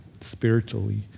spiritually